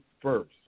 first